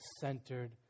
centered